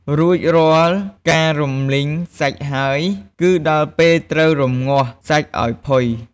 រួចរាល់ការរំលីងសាច់ហើយ គឺដល់ពេលត្រូវ រម្ងាស់សាច់ឱ្យផុយ។